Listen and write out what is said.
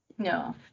No